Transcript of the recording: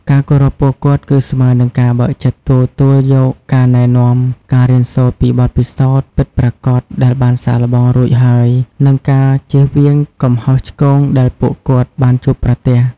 ការគោរពពួកគាត់គឺស្មើនឹងការបើកចិត្តទទួលយកការណែនាំ ការរៀនសូត្រពីបទពិសោធន៍ពិតប្រាកដដែលបានសាកល្បងរួចហើយ និងការជៀសវាងកំហុសឆ្គងដែលពួកគាត់បានជួបប្រទះ។